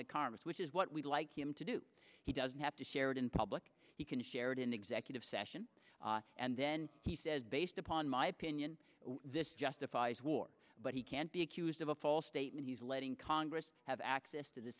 the congress which is what we'd like him to do he doesn't have to share it in public he can share it in executive session and then he says based upon my opinion this justifies war but he can't be accused of a false statement he's letting congress have access to the